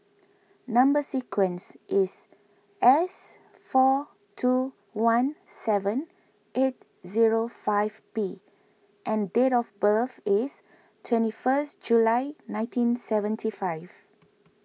Number Sequence is S four two one seven eight zero five P and date of birth is twenty first July nineteen seventy five